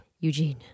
Eugene